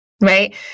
right